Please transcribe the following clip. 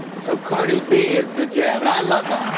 so cardi b is the jam. and i love that.